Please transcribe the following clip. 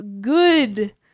good